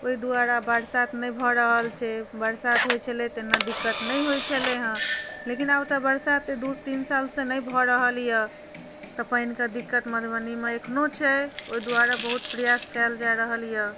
ओहि दुआरे बरसात नहि भऽ रहल छै बरसात होइ छलै तऽ नदीके दिक्कत नहि होइ छलै है लेकिन आब तऽ बरसात दू तीन सालसँ नहि भऽ रहल अछि तऽ पानिके दिक्कत मधुबनीमे अखनो छै ओहि दुआरे बहुत प्रयास कयल जा रहल अछि